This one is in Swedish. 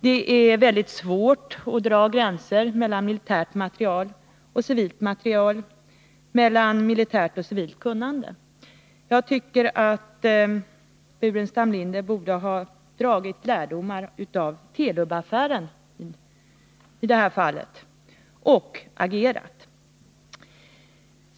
Det är väldigt svårt att dra gränser mellan militär materiel och civil materiel, mellan militärt kunnande och civilt kunnande. Jag tycker att Staffan Burenstam Linder i det här fallet borde ha dragit lärdomar av Telubaffären och att han borde ha agerat.